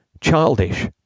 childish